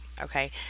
okay